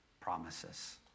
promises